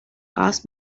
asked